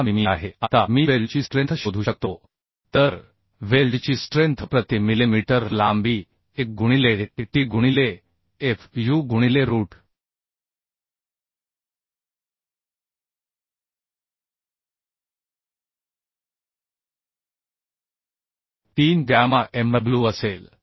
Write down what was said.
6 मिमी आहे आता मी वेल्डची स्ट्रेन्थ शोधू शकतो तर वेल्डची स्ट्रेन्थ प्रति मिलिमीटर लांबी 1 गुणिले T t गुणिले F u गुणिले रूट 3 गॅमा mw असेल